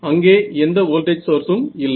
அங்கே எந்த வோல்டேஜ் சோர்ஸும் இல்லை